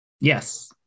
Yes